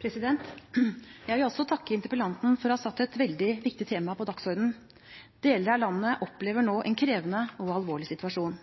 Jeg vil også takke interpellanten for å ha satt et veldig viktig tema på dagsordenen. Deler av landet opplever nå en krevende og alvorlig situasjon.